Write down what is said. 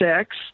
six